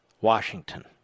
Washington